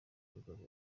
umugabo